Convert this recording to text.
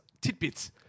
tidbits